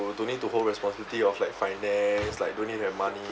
don't need to hold responsibility of like finance like don't need to have money